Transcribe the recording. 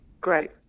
Great